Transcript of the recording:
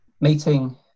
meeting